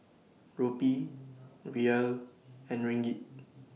Rupee Riel and Ringgit